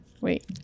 Wait